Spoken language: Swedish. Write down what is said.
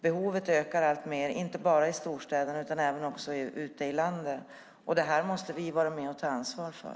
Behovet ökar alltmer, inte bara i storstäderna utan även ute i landet. Det här måste vi vara med och ta ansvar för.